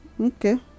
Okay